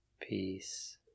peace